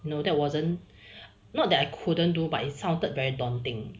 no that wasn't not that I couldn't do but it sounded very daunting